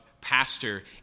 pastor